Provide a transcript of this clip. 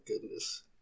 goodness